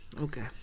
okay